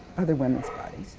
other women's body.